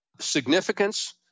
Significance